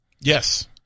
Yes